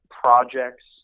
projects